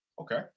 Okay